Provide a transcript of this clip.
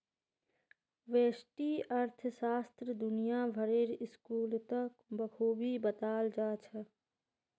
व्यष्टि अर्थशास्त्र दुनिया भरेर स्कूलत बखूबी बताल जा छह